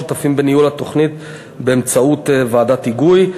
שותפים בניהול התוכנית באמצעות ועדת היגוי.